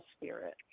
spirit